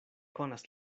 konas